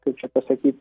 kaip čia pasakyt